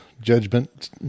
judgment